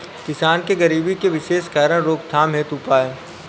किसान के गरीबी के विशेष कारण रोकथाम हेतु उपाय?